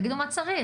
תגידו מה צריך.